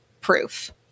proof